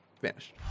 vanished